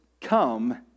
come